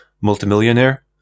multimillionaire